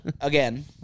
again